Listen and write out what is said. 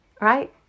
right